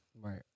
Right